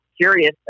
curious